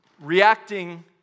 reacting